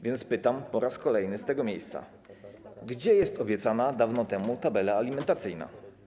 Więc pytam po raz kolejny z tego miejsca: Gdzie jest obiecana dawno temu tabela alimentacyjna?